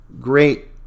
Great